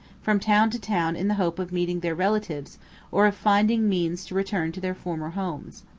from town to town in the hope of meeting their relatives or of finding means to return to their former homes.